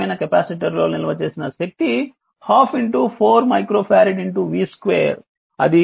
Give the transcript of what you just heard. సమానమైన కెపాసిటర్లో నిల్వ చేసిన శక్తి 12 4 మైక్రో ఫారెడ్V2 అది 800 మైక్రో జౌల్స్ అవుతుంది